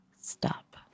stop